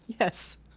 Yes